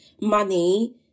money